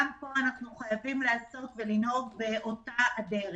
גם פה אנו חייבים לנהוג באותה דרך.